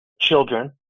children